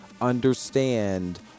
understand